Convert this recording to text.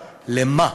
לְמה?